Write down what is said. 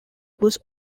was